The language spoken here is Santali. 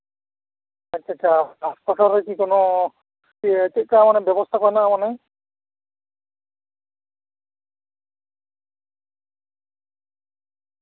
ᱟᱪᱪᱷᱟᱼᱟᱪᱪᱷᱟ ᱦᱟᱸᱥᱯᱟᱛᱟᱞ ᱨᱮᱠᱤ ᱠᱳᱱᱳ ᱤᱭᱟᱹ ᱪᱮᱫᱞᱮᱠᱟ ᱵᱮᱵᱚᱥᱛᱷᱟ ᱠᱚ ᱢᱮᱱᱟᱜᱼᱟ ᱢᱟᱱᱮ